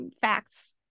Facts